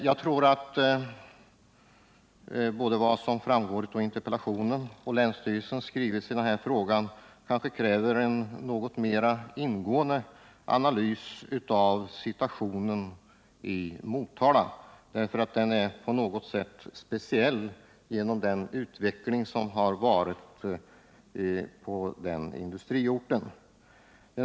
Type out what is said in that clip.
Jag tror att vad som framgår både av interpellationen och av skrivelser från länsstyrelsen i den här att förbättra sysselsättningen i Motala frågan kanske kräver en något mer ingående analys av situationen i Motala, därför att den är på något sätt speciell genom den utveckling som har varit på den industriorten.